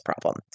problem